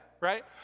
right